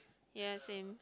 ya same